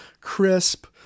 crisp